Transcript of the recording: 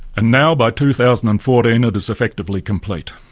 and now by two thousand and fourteen it is effectively complete.